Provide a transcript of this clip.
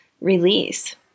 release